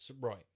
Right